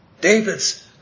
David's